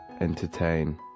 entertain